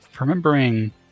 remembering